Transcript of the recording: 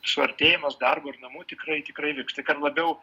suartėjimas darbo ir namų tikrai tikrai įvyks tik kad labiau